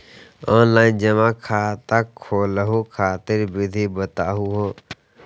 Online जमा खाता खोलहु खातिर विधि बताहु हो?